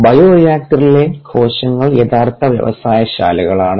bio റിയാക്ടറിലെ കോശങ്ങൾ യഥാർത്ഥ വ്യവസായ ശാലകളാണ്